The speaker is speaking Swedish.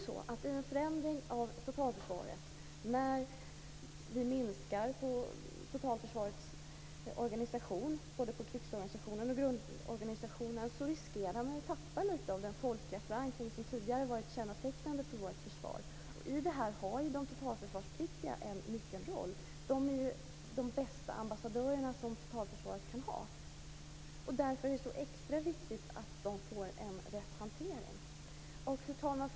I en förändring av totalförsvaret, när vi minskar på totalförsvarets organisation, både krigsorganisationen och grundorganisationen, riskerar vi att tappa lite av den folkliga förankring som tidigare har varit kännetecknande för vårt försvar. I det här har de totalförsvarspliktiga en nyckelroll. Det är ju de bästa ambassadörer som totalförsvaret kan ha. Därför är det extra viktigt att de får rätt hantering. Fru talman!